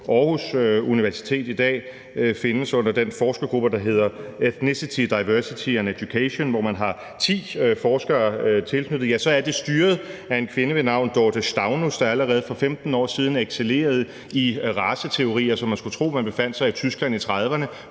Aarhus Universitet i dag findes under den forskergruppe, der hedder Ethnicity, Diversity and Education, hvor man har ti forskere tilknyttet, så er det styret af en kvinde ved navn Dorthe Staunæs, der allerede for 15 år siden excellerede i raceteorier, så man skulle tro, at man befandt sig i Tyskland i 1930'erne,